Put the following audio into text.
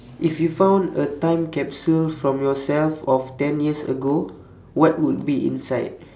if you found a time capsule from yourself of ten years ago what would be inside